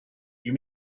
you